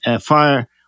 Fire